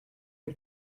the